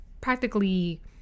practically